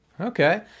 Okay